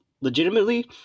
legitimately